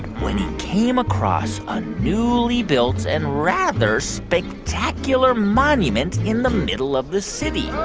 when he came across a newly built and rather spectacular monument in the middle of the city